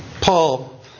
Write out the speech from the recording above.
Paul